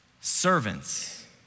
servants